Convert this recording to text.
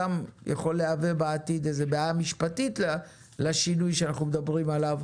יכול להוות בעתיד גם בעיה משפטית לשינוי שאנחנו מדברים עליו.